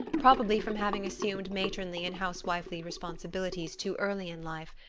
probably from having assumed matronly and housewifely responsibilities too early in life,